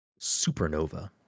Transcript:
Supernova